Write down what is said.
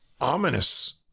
ominous